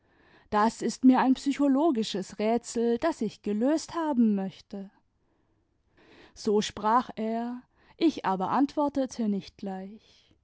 das ist mir ein psychologisches rätsel das ich gelöst haben möchte so sprach er ich aber antwortete nicht gleich